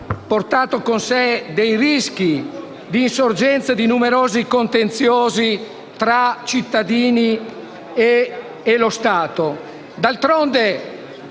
portato con sé dei rischi di insorgenza di numerosi contenziosi tra i cittadini e lo Stato.